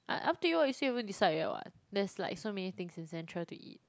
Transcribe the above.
up up to you you still haven't decide yet what there's like so many things in central to eat